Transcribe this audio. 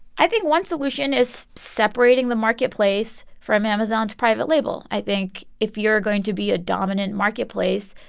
i think one solution is separating the marketplace from amazon to private label. i think if you're going to be a dominant marketplace,